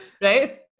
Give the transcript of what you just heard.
Right